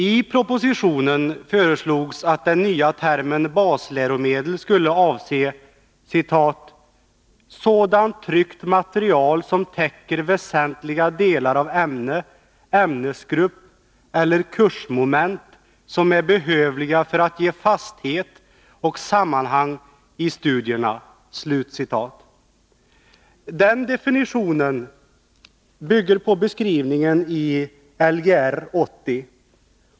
I propositionen föreslogs att den nya termen basläromedel skulle avse ”sådant tryckt material, som täcker väsentliga delar av ämne, ämnesgrupp eller kursmoment, som är behövliga för att ge fasthet och sammanhang i studierna”. Denna definition bygger på den beskrivning som återfinns i Lgr 80.